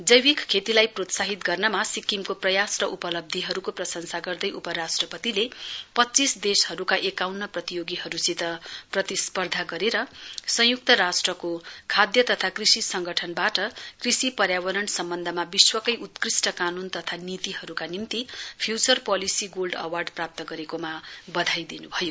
जैविक खेतीलाई प्रोत्साहित गर्नमा सिक्किमको प्रयास र उपलब्धीहरूको प्रंशसा गर्दै उपराष्ट्रपतिले पच्चीस देशहरूका एकाउन्न प्रतियोगीहरूसित प्रतिस्पर्धा गरेर संय्क्त राष्ट्रको खाद्य तथा कृषि सङ्गठनबाट कृषि पर्यावरण सम्बन्धमा विश्वकै उत्कृष्ट कानून तथा नीतिहरूका निम्ति फ्य्चर पोलिसी गोल्ड अवार्ड प्राप्त गरेकोमा बधाई दिनु भयो